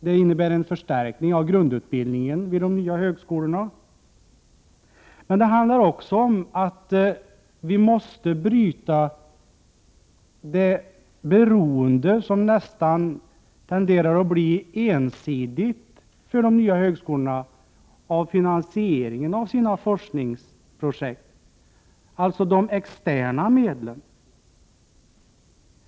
Det innebär en förstärkning av grundutbildningen vid de nya högskolorna. Men det handlar också om att vi måste bryta de nya högskolornas beroende, som tenderar att bli nästan ensidigt, av finansieringen av deras forskningsprojekt, dvs. de externa medlen.